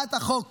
הצעת החוק